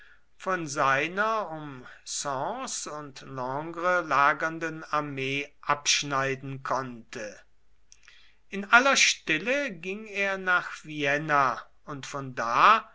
von seiner um sens und langres lagernden armee abschneiden konnte in aller stille ging er nach vienna und von da